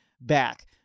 back